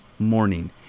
morning